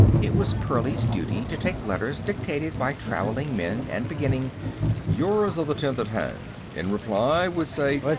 it was pearlie's duty to take letters dictated by traveling men and beginning yours of the tenth at hand. in reply would say.